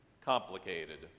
complicated